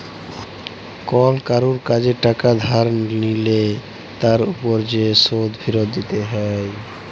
call কারুর কাজে টাকা ধার লিলে তার উপর যে শোধ ফিরত দিতে হ্যয়